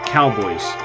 Cowboys